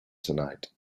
tonight